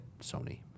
Sony